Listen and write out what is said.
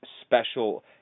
special